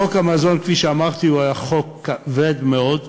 חוק המזון, כפי שאמרתי, הוא חוק כבד מאוד,